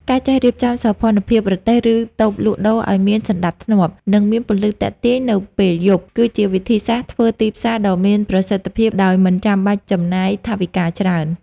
ការចេះរៀបចំសោភ័ណភាពរទេះ ឬតូបលក់ដូរឱ្យមានសណ្ដាប់ធ្នាប់ និងមានពន្លឺទាក់ទាញនៅពេលយប់ គឺជាវិធីសាស្ត្រធ្វើទីផ្សារដ៏មានប្រសិទ្ធភាពដែលមិនចាំបាច់ចំណាយថវិកាច្រើន។